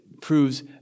proves